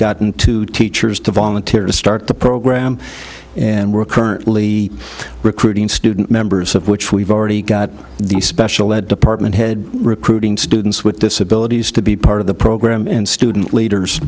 got two teachers to volunteer to start the program and we're currently recruiting student members of which we've already got the special ed department head recruiting students with disabilities to be part of the program and student leaders